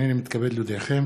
הנני מתכבד להודיעכם,